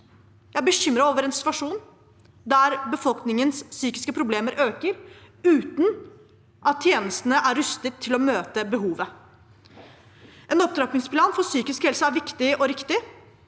Jeg er bekymret over en situasjon der befolkningens psykiske problemer øker, uten at tjenestene er rustet til å møte behovet. En opptrappingsplan for psykisk helse er viktig og riktig.